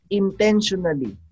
intentionally